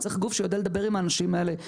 צריך גוף שיודע לדבר עם האנשים האלה,